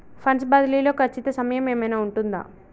Funds బదిలీ లో ఖచ్చిత సమయం ఏమైనా ఉంటుందా?